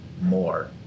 more